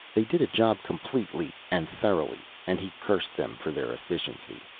they did a job completely and thoroughly and he cursed them for their efficiency.